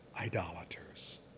idolaters